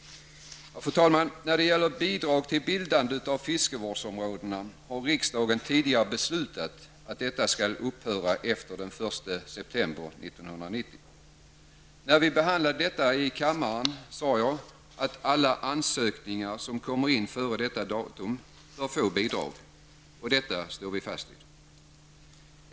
Fru talman! Riksdagen har tidigare beslutat att bidrag till bildande av fiskevårdsområden inte längre skall utgå efter den 1 september 1990. När vi behandlade ärendet i kammaren sade jag att alla bidragsansökningar som kom in före detta datum skulle beviljas. Det står jag fast vid.